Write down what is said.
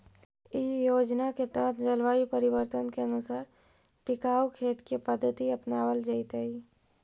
इ योजना के तहत जलवायु परिवर्तन के अनुसार टिकाऊ खेत के पद्धति अपनावल जैतई